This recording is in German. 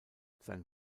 sein